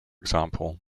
example